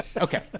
Okay